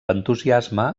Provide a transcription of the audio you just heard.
entusiasme